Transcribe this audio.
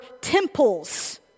temples